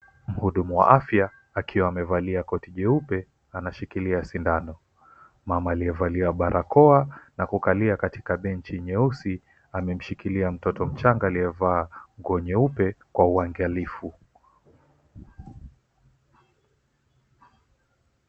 Mhudumu wa afya akiwa amevalia koti jeupe na anashikilia sindano. Mama aliyevalia barakoa na kukalia katika benchi nyeusi amemshikilia mtoto mchanga aliyevaa nguo nyeupe kwa uangalifu.